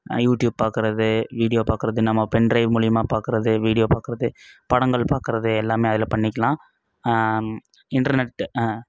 YouTube பார்க்கறது video பார்க்கறது நம்ம பென்ட்ரைவ் மூலிமா பார்க்கறது வீடியோ பார்க்கறது படங்கள் பார்க்கறது எல்லாமே அதில் பண்ணிக்கலாம் இன்டர்நெட்டு ஆ